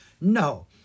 No